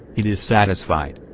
it is satisfied.